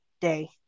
day